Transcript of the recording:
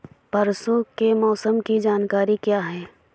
परसों के मौसम की जानकारी क्या है?